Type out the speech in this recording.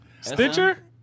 Stitcher